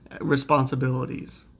responsibilities